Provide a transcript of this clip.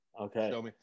Okay